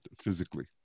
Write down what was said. physically